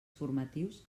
formatius